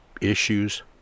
issues